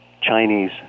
Chinese